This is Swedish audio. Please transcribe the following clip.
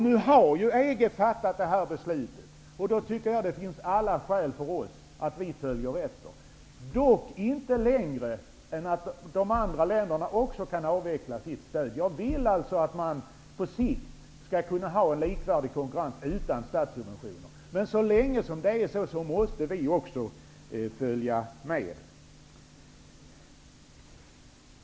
Nu har ju EG fattat det här beslutet. Då finns det alla skäl för oss att följa efter, dock inte längre än att de andra länderna också kan avveckla sitt stöd. Jag vill alltså att man på sikt skall kunna ha en likvärdig konkurrens utan statssubventioner. Men så länge det är på det här sättet måste vi också följa med.